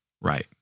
Right